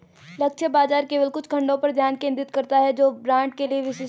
लक्ष्य बाजार केवल कुछ खंडों पर ध्यान केंद्रित करता है जो ब्रांड के लिए विशिष्ट होते हैं